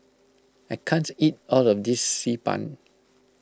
I can't eat all of this Xi Ban